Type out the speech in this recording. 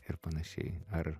ir panašiai ar